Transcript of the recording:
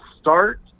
start